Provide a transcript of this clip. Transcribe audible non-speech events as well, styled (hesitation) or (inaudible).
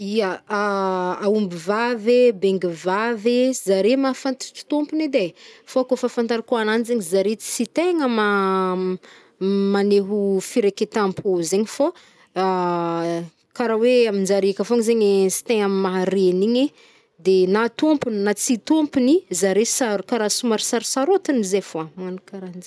Ia! (hesitation) Aomby vavy e, bengy vavy e, zare mahfanttr tomopony edy e. Fa kô fafataranko anajien zare tsy tena ma- m- maneho firaketam-po zegny fô (hesitation) kara hoe aminjare aka fôgna zegny instinct amy maha regny igny, de na tompony na tsy tompony zare saro- kara somary sarosarotiny zay fôan. Any karahanjengy.